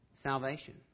salvation